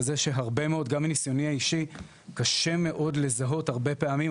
גם מניסיוני האישי, קשה מאוד לזהות הרבה פעמים.